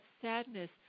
sadness